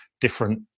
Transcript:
different –